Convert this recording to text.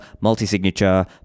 multi-signature